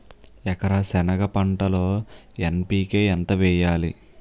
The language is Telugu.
ఎకర సెనగ పంటలో ఎన్.పి.కె ఎంత వేయాలి?